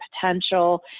potential